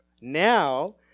Now